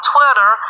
Twitter